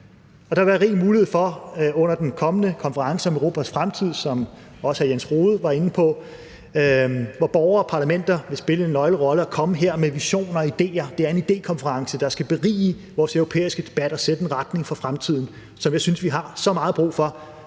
Der vil være rig mulighed til under den kommende konference om Europas fremtid – som også hr. Jens Rohde var inde på, og hvor borgere og parlamenter vil spille en nøglerolle – at komme med visioner og idéer. Det er en idékonference, der skal berige vores europæiske debat og sætte en retning for fremtiden, som jeg synes vi har så meget brug for